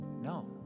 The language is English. No